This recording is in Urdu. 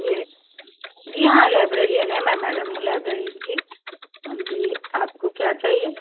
یہ جی ہاں لائبریرین ہیں میں میڈم ہوں لائبریرین کی جی آپ کو کیا چاہیے